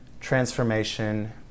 transformation